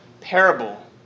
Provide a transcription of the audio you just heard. parable